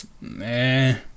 Man